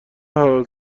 حلال